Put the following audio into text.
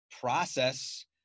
process